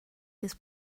this